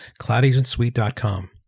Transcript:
cloudagentsuite.com